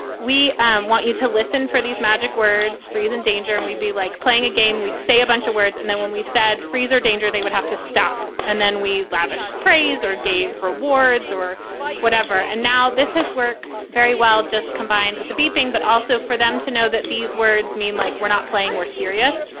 we um want you to listen for these magic words, freeze and danger. and we'd be like playing a game. we'd say a bunch of words. and then when we said freeze or danger, they would have to stop. and then we've lavished praise or gave rewards or whatever. and now this has worked very well just combined with the beeping, but also for them to know that these words mean like we're not playing, we're serious.